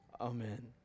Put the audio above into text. Amen